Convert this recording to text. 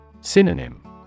Synonym